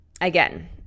again